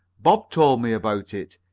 bob told me about it.